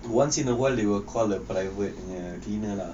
once in a while they will call a private punya cleaner lah